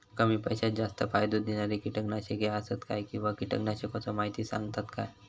कमी पैशात जास्त फायदो दिणारी किटकनाशके आसत काय किंवा कीटकनाशकाचो माहिती सांगतात काय?